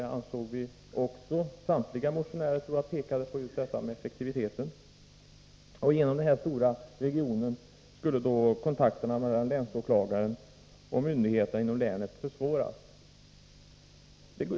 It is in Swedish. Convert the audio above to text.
Jag tror att samtliga motionärer pekade på detta med effektiviteten. Genom den här storregionen skulle kontakterna mellan länsåklagaren och myndigheterna i länet försvåras.